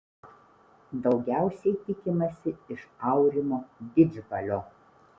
daugiausiai tikimasi iš aurimo didžbalio